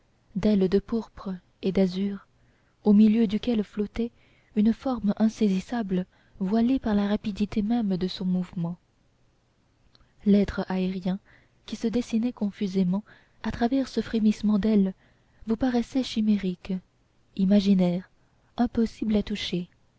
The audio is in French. d'ailes de pourpre et d'azur au milieu duquel flottait une forme insaisissable voilée par la rapidité même de son mouvement l'être aérien qui se dessinait confusément à travers ce frémissement d'ailes vous paraissait chimérique imaginaire impossible à toucher